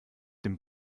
dem